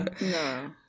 No